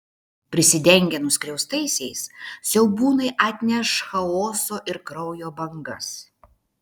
prisidengę nuskriaustaisiais siaubūnai atneš chaoso ir kraujo bangas